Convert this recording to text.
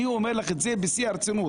אני אומר לך את זה בשיא הרצינות.